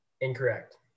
Incorrect